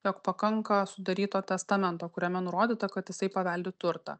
jog pakanka sudaryto testamento kuriame nurodyta kad jisai paveldi turtą